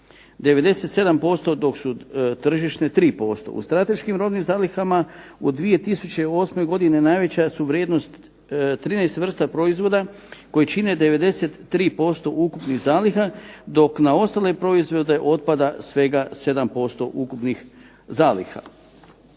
97% dok su tržišne 3%. U strateškim robnim zalihama u 2008. godini najveća su vrijednost 13 vrsta proizvoda koji čine 93% ukupnih zaliha, dok na ostale proizvode otpada svega 7% ukupnih zaliha.